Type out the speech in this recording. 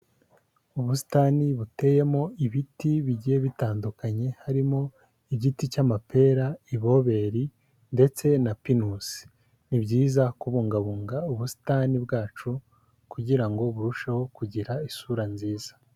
Ubusitani buteyemo ibiti bigiye bitandukanye, harimo igiti cy'amapera, iboberi ndetse na pinusi, ni byiza kubungabunga ubusitani bwacu kugira ngo burusheho kugira isura nziza.